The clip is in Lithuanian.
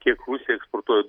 kiek rusija eksportuoja